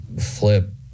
flip